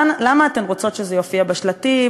למה אתן רוצות שזה יופיע בשלטים?